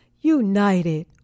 United